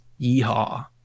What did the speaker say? Yeehaw